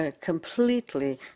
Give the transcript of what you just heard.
completely